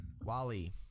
Wally